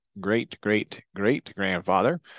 great-great-great-grandfather